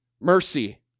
mercy